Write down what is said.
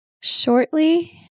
Shortly